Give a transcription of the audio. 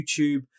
YouTube